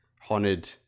haunted